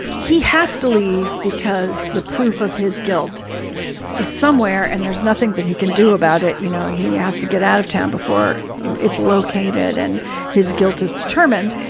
he has to leave because the proof of his guilt is somewhere and there's nothing that he can do about it. you know, he has to get out of town before it's located and his guilt is determined.